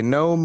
no